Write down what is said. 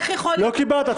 לא קיבלת?